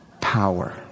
power